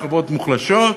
שכבות מוחלשות,